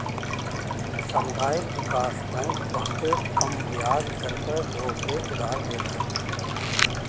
सामुदायिक विकास बैंक बहुते कम बियाज दर पअ लोग के उधार देत हअ